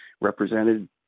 represented